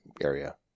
area